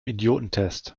idiotentest